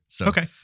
Okay